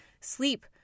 sleep